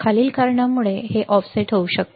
खालील कारणांमुळे हे ऑफसेट होऊ शकते